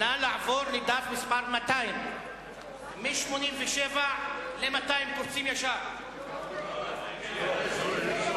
נא לעבור לדף מס' 200. קופצים ישר מ-87 ל-200.